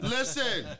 Listen